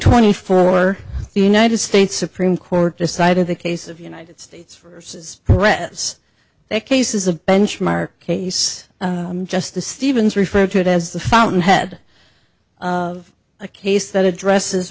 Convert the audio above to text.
twenty four the united states supreme court decided the case of united states versus the u s their case is a benchmark case just the stevens referred to it as the fountain head of a case that addresses